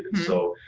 so,